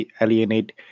alienate